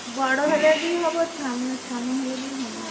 ବଡ଼ ହେଲେ ବି ହେବ ସାନ ସାନ ହେଲେ ବି ହେବ